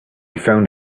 found